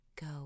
go